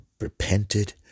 repented